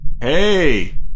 Hey